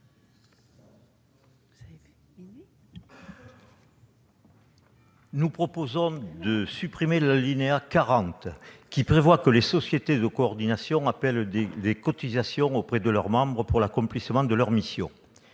Nous proposons de supprimer l'alinéa 40 de l'article 25, qui prévoit que les sociétés de coordination appellent des cotisations auprès de leurs membres pour l'accomplissement de leurs missions.